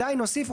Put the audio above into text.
עדיין נוסיף,